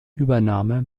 übernahme